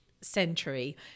century